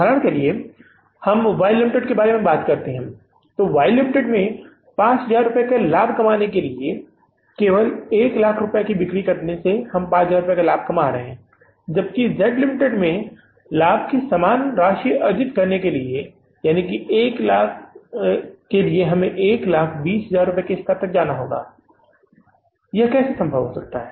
उदाहरण के लिए हम वाई लिमिटेड के बारे में बात करते हैं वाई लिमिटेड में 5000 रुपये का लाभ कमाने के लिए केवल 100000 रुपये की बिक्री करके हम लाभ कमा रहे हैं जबकि Z Ltd में लाभ की समान राशि अर्जित करने के लिए 120000 रुपये के बिक्री स्तर तक जाना है यह क्यों संभव हो सकता है